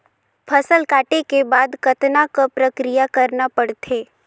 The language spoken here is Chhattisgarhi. फसल काटे के बाद कतना क प्रक्रिया करना पड़थे?